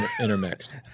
intermixed